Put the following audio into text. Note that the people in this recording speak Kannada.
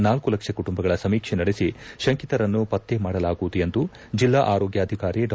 ನಾಲ್ಕು ಲಕ್ಷ ಕುಟುಂಬಗಳ ಸಮೀಕ್ಷೆ ನಡೆಸಿ ಶಂಕಿತರನ್ನು ಪತ್ತೆ ಮಾಡಲಾಗುವುದು ಎಂದು ಜಿಲ್ಲಾ ಆರೋಗ್ಯಾಧಿಕಾರಿ ಡಾ